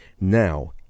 now